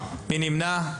מי נמנע?